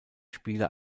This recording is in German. spieler